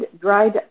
dried